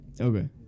Okay